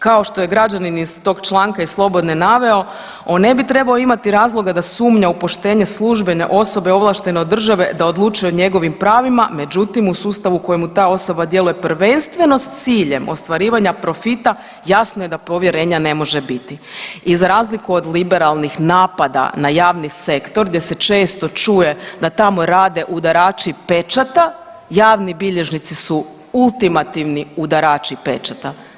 Kao što je građanin iz tog čl. iz slobodne naveo, on ne bi trebao imati razloga da sumnje u poštenje službene osobe ovlaštene od države da odlučuje o njegovim pravima, međutim, u sustavu u kojemu ta osoba djeluje prvenstveno s ciljem ostvarivanja profita, jasno je da povjerenja ne može biti i za razliku od liberalni napada na javni sektor gdje se često čuje da tamo rade udarači pečata, javni bilježnici su ultimativni udarači pečata.